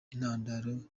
intandaro